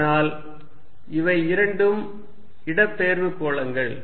0cosθ ஆனால் இவை இரண்டும் இடப்பெயர்வுக் கோளங்கள்